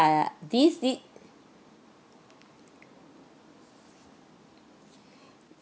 ah this